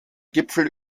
gipfel